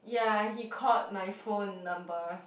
ya he called my phone number